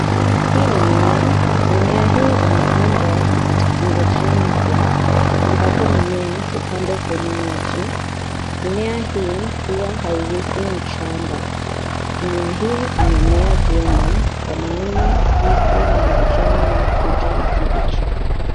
Hii ni mimea, mimea hii imepandwa kwa tekknolojia mpya ambapo mimea hupandwa kwenye maji, mimea hii huwa haiwekwi mchanga, mimea hii imemea vyema kwa maana iko na majani ya kijani kibichi.